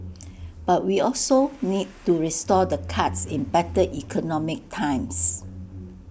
but we also need to restore the cuts in better economic times